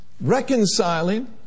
reconciling